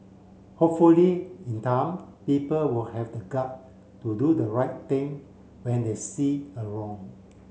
hopefully in time people will have the gut to do the right thing when they see a wrong